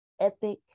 Epic